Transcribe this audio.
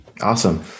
Awesome